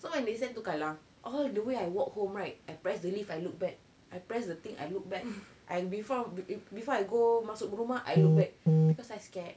so when they send to kallang all the way I walk home right I press the lift I look back I press the thing I look back I before before I go masuk ke rumah I look back because I scared